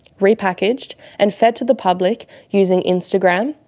repackaged, and fed to the public using instagram,